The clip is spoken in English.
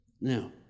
Now